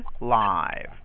live